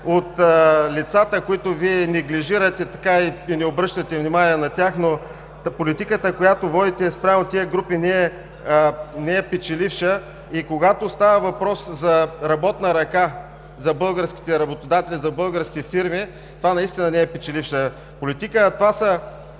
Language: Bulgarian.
от лицата, които Вие неглижирате и не обръщате внимание на тях. Политиката, която водите спрямо тези групи, не е печеливша и когато става въпрос за работна ръка, за българските работодатели, за българските фирми, това наистина не е печеливша политика.